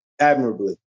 admirably